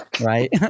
right